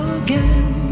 again